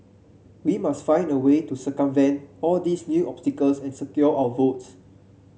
we must find a way to circumvent all these new obstacles and secure our votes